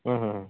ಹಾಂ ಹಾಂ ಹಾಂ